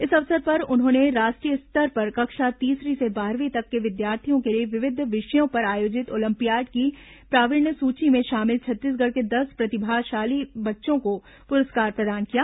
इस अवसर पर उन्होंने राष्ट्रीय स्तर पर कक्षा तीसरी से बारहवीं तक के विद्यार्थियों के लिए विविध विषयों पर आयोजित ओलम्पियाड की प्रावीण्य सूची में शामिल छत्तीसगढ़ के दस प्रतिभाशाली बच्चों को पुरस्कार प्रदान किए